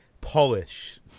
polish